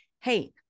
hey